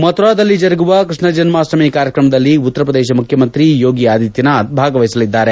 ಮಥುರಾದಲ್ಲಿ ಜರುಗುವ ಕೃಷ್ಣ ಜನ್ಮಾಷ್ಠಮಿ ಕಾರ್ಯಕ್ರಮದಲ್ಲಿ ಉತ್ತರಪ್ರದೇಶ ಮುಖ್ಯಮಂತ್ರಿ ಯೋಗಿ ಆದಿತ್ಯನಾಥ್ ಭಾಗವಹಿಸಲಿದ್ದಾರೆ